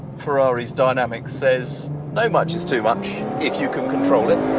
ferrari's dynamics says no much is too much if you can control it.